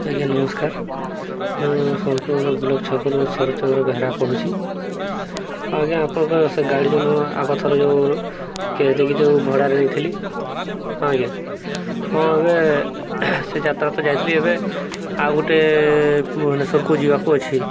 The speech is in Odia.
ଆଜ୍ଞା ନମସ୍କାର ମୁଁ ସୋନପୁର ଗୁଲକ ଛକରୁ ଶରତ ଚନ୍ଦ୍ର ବେହେରା କହୁଛିି ହଁ ଆଜ୍ଞା ଆପଣଙ୍କ ସେ ଗାଡ଼ିଜନ ଆଗଥର ଯେଉଁ କ୍ୟାସ୍ ଦେଇକି ଯେଉଁ ଭଡ଼ାରେ ନେଇଥିଲି ହଁ ଆଜ୍ଞା ହଁ ଏବେ ସେ ଯାତ୍ରା ତ ଯାଇଥିଲି ଏବେ ଆଉ ଗୋଟେ ଭୁବନେଶ୍ୱରକୁ ଯିବାକୁ ଅଛି